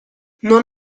non